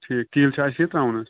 ٹھیٖک تیٖل چھا اَسی تراوُن حظ